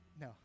No